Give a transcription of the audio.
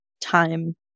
time